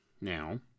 now